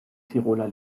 tiroler